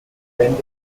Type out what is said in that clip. bände